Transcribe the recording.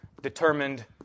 Determined